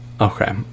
Okay